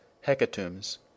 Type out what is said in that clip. hecatombs